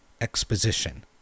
exposition